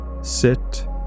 Sit